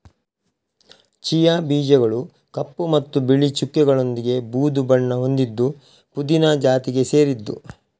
chia ಬೀಜಗಳು ಕಪ್ಪು ಮತ್ತು ಬಿಳಿ ಚುಕ್ಕೆಗಳೊಂದಿಗೆ ಬೂದು ಬಣ್ಣ ಹೊಂದಿದ್ದು ಪುದೀನ ಜಾತಿಗೆ ಸೇರಿದ್ದು